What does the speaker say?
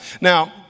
Now